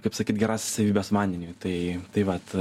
kaip sakyt gerąsias savybes vandeniui tai tai vat